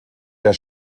der